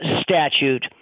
statute